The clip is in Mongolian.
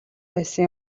байсан